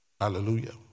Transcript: Hallelujah